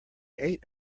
ate